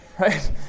right